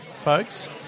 folks